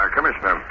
Commissioner